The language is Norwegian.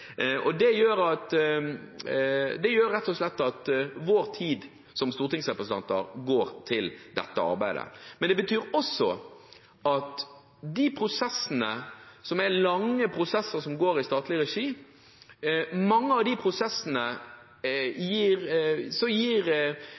uttrykket. Det gjør at vår tid som stortingsrepresentanter går til dette arbeidet. Men det betyr også at i mange av de lange prosessene som går i statlig regi,